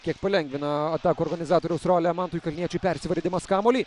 kiek palengvina atakų organizatoriaus rolę mantui kalniečiui persivarydamas kamuolį